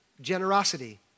generosity